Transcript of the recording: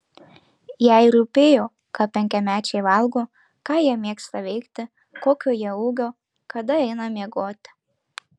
jai rūpėjo ką penkiamečiai valgo ką jie mėgsta veikti kokio jie ūgio kada eina miegoti